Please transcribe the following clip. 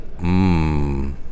mmm